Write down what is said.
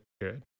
good